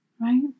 Right